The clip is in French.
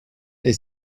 est